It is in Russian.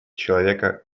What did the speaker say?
человека